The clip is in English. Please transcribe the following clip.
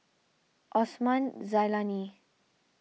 Osman Zailani